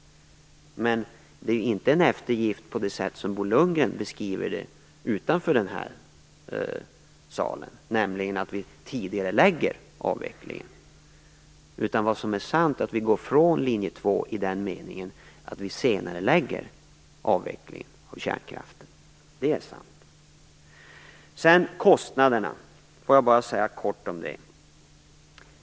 Men det är inte en eftergift på det sätt som Bo Lundgren beskriver det utanför den här salen, nämligen att vi tidigarelägger avvecklingen. Det som är sant är att vi går från linje 2 i den meningen att vi senarelägger avvecklingen av kärnkraften. Det är sant. Jag vill också kort kommentera kostnaden.